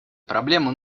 проблемы